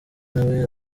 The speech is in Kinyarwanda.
nawe